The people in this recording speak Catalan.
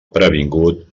previngut